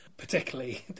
particularly